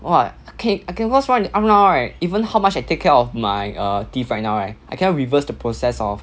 !wah! okay cau~ cause right now right even how much I take care of my err teeth right now right I cannot reverse the process of